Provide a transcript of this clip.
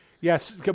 Yes